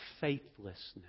faithlessness